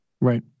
Right